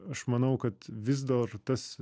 aš manau kad vis dar o tas